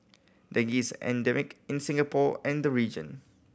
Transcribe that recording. dengue's endemic in Singapore and the region